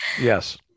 Yes